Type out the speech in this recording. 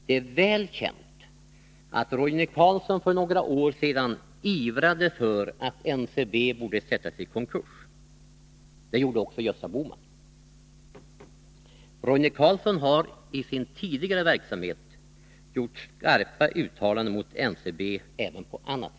Det är väl känt att — Vissa frågor rö Roine Carlsson för några år sedan ivrade för att NCB borde sättas i konkurs = rande den statliga det gjorde också Gösta Bohman. Roine Carlsson har i sin tidigare affärsverksamverksamhet gjort skarpa uttalanden mot NCB även på andra sätt.